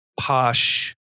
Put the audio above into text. posh